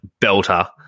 belter